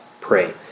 pray